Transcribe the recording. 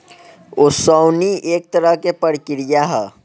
ओसवनी एक तरह के प्रक्रिया ह